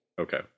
Okay